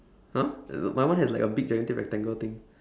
!huh! my one has like a big gigantic rectangle thing